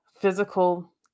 physical